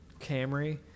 Camry